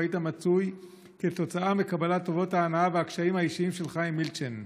היית מצוי כתוצאה מקבלת טובות ההנאה והקשרים האישיים שלך עם מילצ'ן.